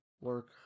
work